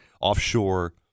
offshore